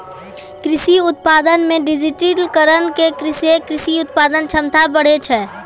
कृषि उत्पादन मे डिजिटिकरण से कृषि उत्पादन क्षमता बढ़ै छै